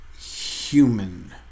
human